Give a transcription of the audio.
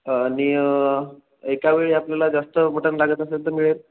आणि एकावेळी आपल्याला जास्त मटन लागत असेल तर मिळेल